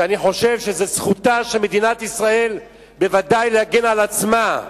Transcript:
ואני חושב שזו זכותה של מדינת ישראל בוודאי להגן על עצמה.